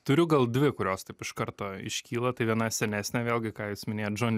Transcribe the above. turiu gal dvi kurios taip iš karto iškyla tai viena senesnė vėlgi ką jūs minėjot džon